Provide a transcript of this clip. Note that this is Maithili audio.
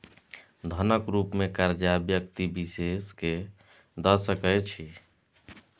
धनक रुप मे करजा व्यक्ति विशेष केँ द सकै छी